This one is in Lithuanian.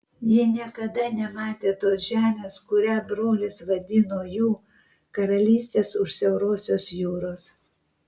ji niekada nematė tos žemės kurią brolis vadino jų karalystės už siaurosios jūros